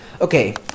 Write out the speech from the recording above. Okay